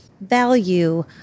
value